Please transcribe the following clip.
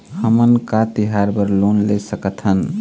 हमन का तिहार बर लोन ले सकथन?